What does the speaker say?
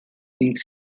ddydd